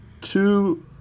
two